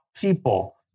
people